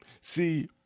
see